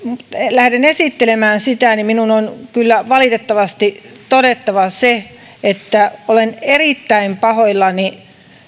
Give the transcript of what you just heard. lähden esittelemään sitä minun on kyllä valitettavasti todettava se että olen erittäin pahoillani